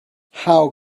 how